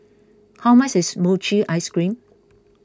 how much is Mochi Ice Cream